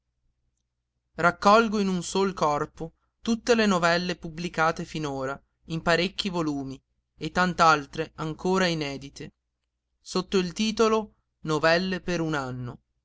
raccolgo in un sol corpo tutte le novelle pubblicate finora in parecchi volumi e tant'altre ancora inedite sotto il titolo novelle per un anno